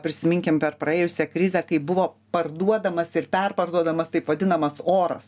prisiminkim per praėjusią krizę kai buvo parduodamas ir perparduodamas taip vadinamas oras